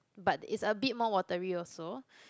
but it's a bit more watery also